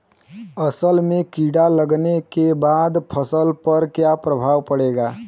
असल में कीड़ा लगने के बाद फसल पर क्या प्रभाव पड़ेगा?